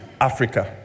Africa